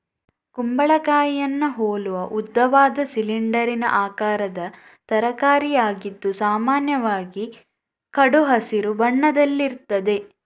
ಕುಂಬಳಕಾಯಿಯನ್ನ ಹೋಲುವ ಉದ್ದವಾದ, ಸಿಲಿಂಡರಿನ ಆಕಾರದ ತರಕಾರಿಯಾಗಿದ್ದು ಸಾಮಾನ್ಯವಾಗಿ ಕಡು ಹಸಿರು ಬಣ್ಣದಲ್ಲಿರ್ತದೆ